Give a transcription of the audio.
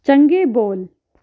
ਚੰਗੇ ਬੋਲ